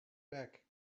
back